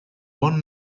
one